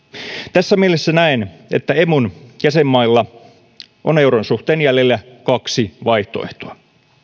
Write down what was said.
tässä mielessä näen että emun jäsenmailla on euron suhteen jäljellä kaksi vaihtoehtoa